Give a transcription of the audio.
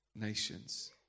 nations